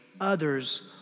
others